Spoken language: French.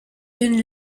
une